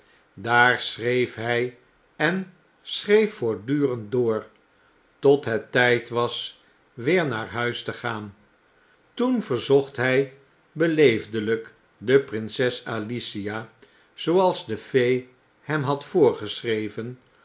daar schreef hy en schreef voortdurend door tot het tijd was weer naar huis te gaan toen verzocht hy beleefdelyk de prinses alicia zooals de fee hem had voorgeschreven